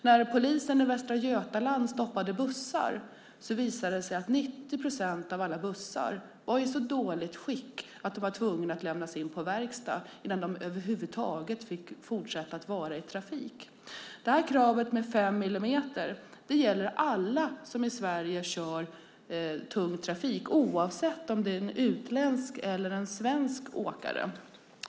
När polisen i Västra Götaland stoppade bussar visade det sig att 90 procent av alla bussar var i så dåligt skick att de var tvungna att lämnas in på verkstad innan de över huvud taget fick fortsätta att vara i trafik. Kravet på fem millimeter gäller alla som i Sverige kör tung trafik oavsett om det är en utländsk eller en svensk åkare.